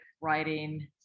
writing